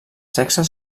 sexes